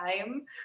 time